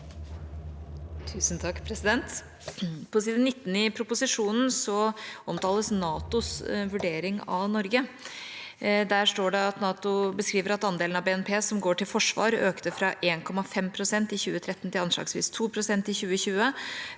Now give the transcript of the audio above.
På side 19 i pro- posisjonen omtales NATOs vurdering av Norge. Der står det at NATO beskriver at andelen av BNP som går til forsvar, økte fra 1,5 pst. i 2013 til anslagsvis 2 pst. i 2020,